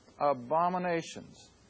Abominations